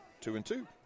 two-and-two